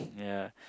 ya